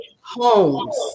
homes